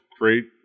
great